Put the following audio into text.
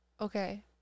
Okay